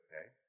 okay